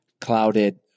clouded